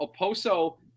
Oposo